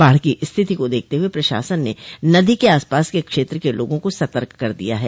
बाढ़ की स्थिति को देखते हुए प्रशासन ने नदी के आसपास के क्षेत्र के लोगों को सतर्क कर दिया है